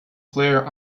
player